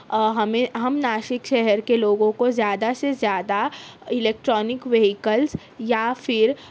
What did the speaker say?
اور ہمیں ہم ناسک شہر کے لوگوں کو زیادہ سے زیادہ الیکٹرانک وہیکلس یا پھر